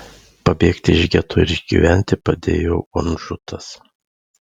pabėgti iš geto ir išgyventi padėjo vonžutas